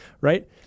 right